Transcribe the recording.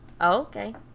Okay